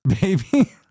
Baby